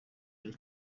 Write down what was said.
ari